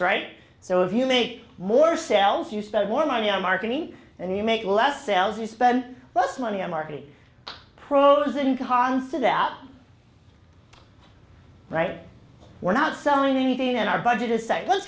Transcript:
right so if you make more sales you spend more money on marketing and you make less sales you spend less money a marquee pros and cons to that right we're not selling anything and our budget is say let's